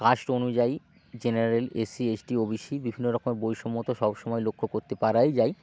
caste অনুযায়ী general SC ST OBC বিভিন্ন রকম বৈষম্য তো সব সময় লক্ষ্য করতে পারাই যায়